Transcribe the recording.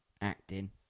acting